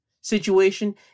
situation